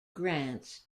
grants